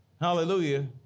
Hallelujah